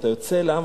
אתה יוצא אל העם,